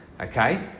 Okay